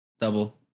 Double